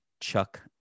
Chuck